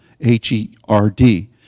H-E-R-D